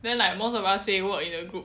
then like most of us say work in a group